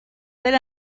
del